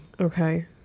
Okay